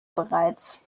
bereits